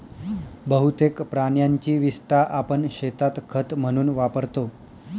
बहुतेक प्राण्यांची विस्टा आपण शेतात खत म्हणून वापरतो